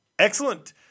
Excellent